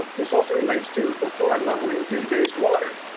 this also relates to a fluoridate level in green bay water.